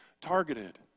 targeted